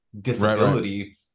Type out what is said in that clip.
disability